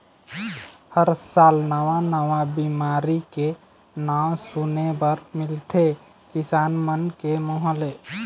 हर साल नवा नवा बिमारी के नांव सुने बर मिलथे किसान मन के मुंह ले